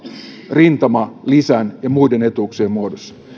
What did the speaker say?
rintamalisän ja muiden etuuksien muodossa